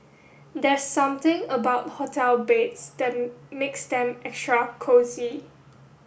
there's something about hotel beds that makes them extra cosy